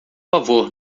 favor